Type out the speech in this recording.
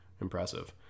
impressive